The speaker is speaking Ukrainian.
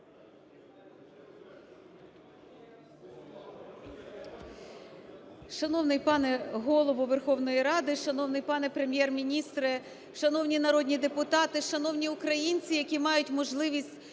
Шановний пане Голово Верховної Ради! Шановний пане Прем'єр-міністре! Шановні народні депутати! Шановні українці, які мають можливість